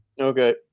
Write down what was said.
Okay